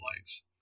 likes